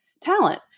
talent